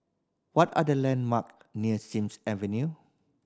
what are the landmark near Sims Avenue